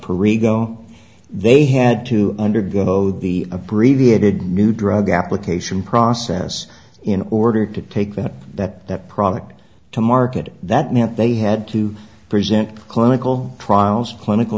perrigo they had to undergo the abbreviated new drug application process in order to take that product to market that meant they had to present clinical trials clinical